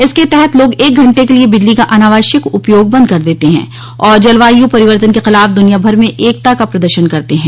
इसके तहत लोग एक घंटे के लिए बिजली का अनावश्यक उपयोग बंद कर देते हैं और जलवायु परिवर्तन के खिलाफ दुनिया भर में एकता का प्रदर्शन करते हैं